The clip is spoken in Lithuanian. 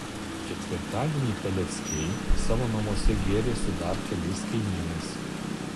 ketvirtadienį peleckiai savo namuose gėrė su dar keliais kaimynais